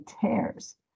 tears